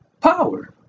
power